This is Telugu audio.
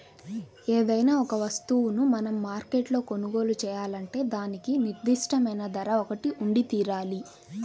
ఏదైనా ఒక వస్తువును మనం మార్కెట్లో కొనుగోలు చేయాలంటే దానికి నిర్దిష్టమైన ధర ఒకటి ఉండితీరాలి